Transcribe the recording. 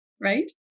right